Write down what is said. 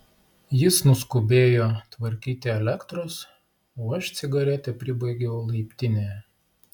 jis nuskubėjo tvarkyti elektros o aš cigaretę pribaigiau laiptinėje